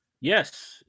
Yes